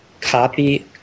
copy